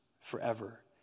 forever